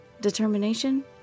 Determination